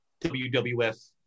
WWF